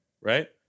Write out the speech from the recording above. Right